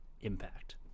impact